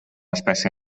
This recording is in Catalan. espècie